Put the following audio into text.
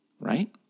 right